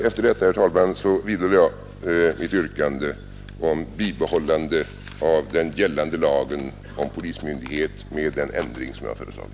Efter detta, herr talman, vidhåller jag mitt yrkande om bibehållande av den gällande lagen om polismyndighet med den ändring som jag har föreslagit.